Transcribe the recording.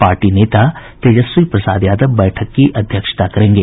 party नेता तेजस्वी प्रसाद यादव बैठक की अध्यक्षता करेंगे